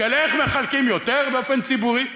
איך מחלקים יותר באופן ציבורי.